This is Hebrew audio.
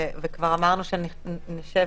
וכבר אמרנו שנשב